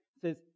says